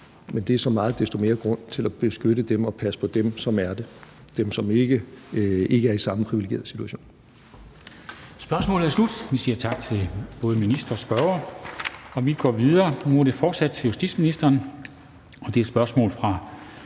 Men det er så meget desto mere grund til at beskytte og passe på dem, som er det – dem, som ikke er i samme privilegerede situation.